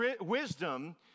wisdom